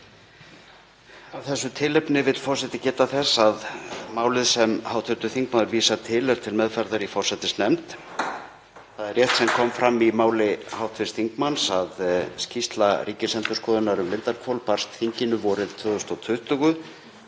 þessu tilefni vill forseti geta þess að málið sem hv. þingmaður vísar til er til meðferðar í forsætisnefnd. Það er rétt sem kom fram í máli hv. þingmanns að skýrsla Ríkisendurskoðunar um Lindarhvol barst þinginu vorið 2020